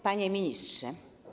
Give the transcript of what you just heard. Panie Ministrze!